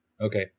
Okay